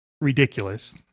ridiculous